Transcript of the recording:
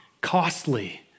costly